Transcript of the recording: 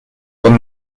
con